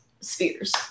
spheres